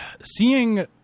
seeing